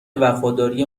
وفاداری